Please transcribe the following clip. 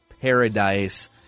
paradise